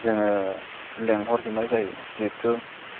जोङो लेंहरजोबनाय जायो जेहेथु